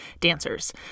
dancers